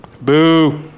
Boo